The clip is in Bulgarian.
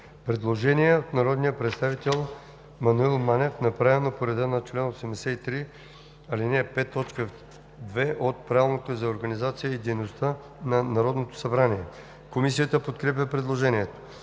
предложение от народния представител Маноил Манев, направено по реда на чл. 83, ал. 5, т. 2 от Правилника за организацията и дейността на Народното събрание. Комисията подкрепя предложението.